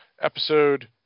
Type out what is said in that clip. episode